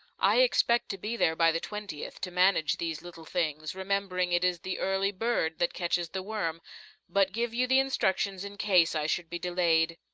i expect to be there by the twentieth, to manage these little things remembering it is the early bird that catches the worm but give you the instructions in case i should be delayed.